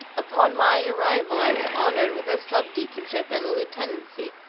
upon my arrival i was honoured with a sub-deaconship and a lieutenancy.